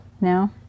No